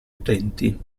utenti